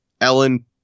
Ellen